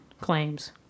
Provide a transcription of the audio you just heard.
claims